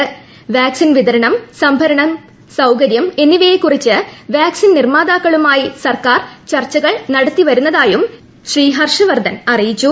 ആരോഗ്യ വാക്സിൻ വിതരണം സംഭരണ സൌകര്യം എന്നിവയെക്കുറിച്ച് വാക്സിൻ നിർമ്മാതാക്കളുമായി സർക്കാർ ചർച്ചകൾ നടത്തി വരുന്നതായും ശ്രീ ഹർഷ വർദ്ധൻ അിറയിച്ചു